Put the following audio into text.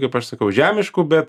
kaip aš sakau žemiškų bet